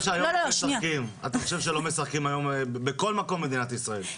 שהיום לא משחקים בכל מקום במדינת ישראל?